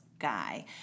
guy